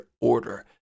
order